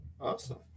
awesome